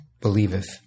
believeth